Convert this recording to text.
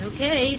Okay